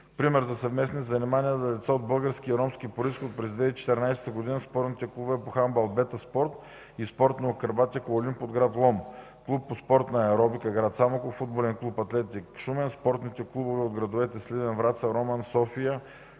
Пример за съвместни занимания на деца от български и ромски произход през 2014 г. са в спортните клубове по хандбал „Бета спорт” и спортна акробатика „Олимп” от град Лом, Клуб по спортна аеробика – град Самоков, Футболен клуб „Атлетик” – Шумен, спортните клубове в градовете Сливен, Враца, Роман, София